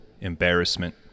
Embarrassment